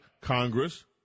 Congress